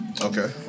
Okay